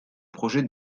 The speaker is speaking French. projet